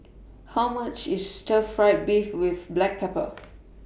How much IS Stir Fry Beef with Black Pepper